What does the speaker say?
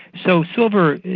so silver,